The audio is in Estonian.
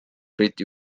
briti